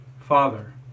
Father